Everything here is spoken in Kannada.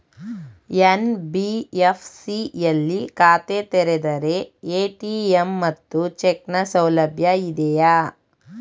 ಎನ್.ಬಿ.ಎಫ್.ಸಿ ಯಲ್ಲಿ ಖಾತೆ ತೆರೆದರೆ ಎ.ಟಿ.ಎಂ ಮತ್ತು ಚೆಕ್ ನ ಸೌಲಭ್ಯ ಇದೆಯಾ?